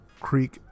Creek